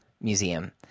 museum